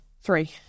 Three